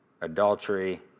adultery